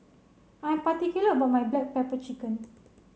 I am particular about my Black Pepper Chicken